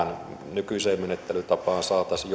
nykyiseen menettelytapaan saataisiin